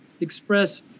express